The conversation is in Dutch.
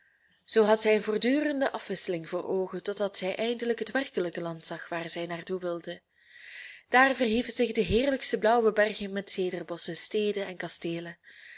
zoo had zij een voortdurende afwisseling voor oogen totdat zij eindelijk het werkelijke land zag waar zij naar toe wilden daar verhieven zich de heerlijkste blauwe bergen met cederbosschen steden en kasteelen